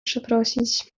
przeprosić